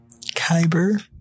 Kyber